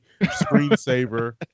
screensaver